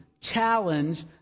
challenge